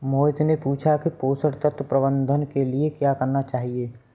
मोहित ने पूछा कि पोषण तत्व प्रबंधन के लिए क्या करना चाहिए?